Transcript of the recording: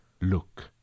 look